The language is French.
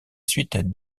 suite